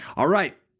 alright,